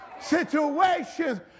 Situations